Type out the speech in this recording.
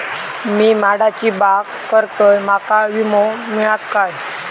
मी माडाची बाग करतंय माका विमो मिळात काय?